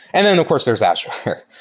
and then of course there's azure.